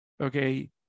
Okay